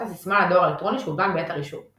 הסיסמה לדואר האלקטרוני שהוזן בעת הרישום.